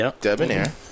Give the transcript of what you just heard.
debonair